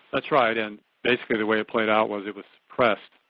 that's right, and basically the way it played out was, it was suppressed.